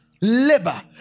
labor